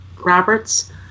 Roberts